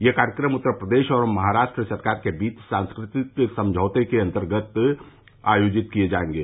यह कार्यक्रम उत्तर प्रदेश और महाराष्ट्र सरकार के बीच सांस्कृतिक समझौते के अन्तर्गत आयोजित किये जायेंगे